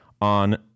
on